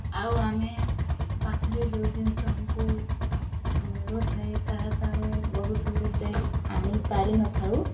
ଆଉ ଆମେ ପାଖରେ ଯେଉଁ ଜିନିଷ ଆମକୁ ମିଳୁଥାଏ ତାହା ତ ଆମେ ବହୁତ ଦୂରେ ଯାଇ ଆଣିପାରିନଥାଉ